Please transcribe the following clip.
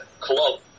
club